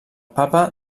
papa